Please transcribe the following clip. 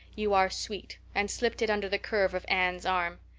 you are sweet, and slipped it under the curve of anne's arm.